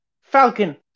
falcon